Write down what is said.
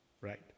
right